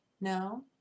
No